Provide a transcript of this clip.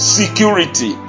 security